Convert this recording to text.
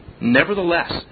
Nevertheless